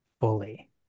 fully